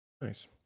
nice